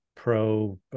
Pro